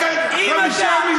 רק 5 מיליון?